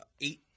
eight